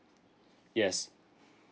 yes